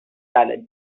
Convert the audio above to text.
salad